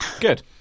good